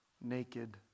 naked